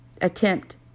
attempt